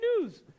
news